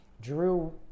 Drew